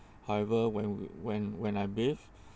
however when when when I bathe